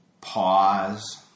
pause